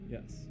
Yes